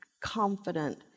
confident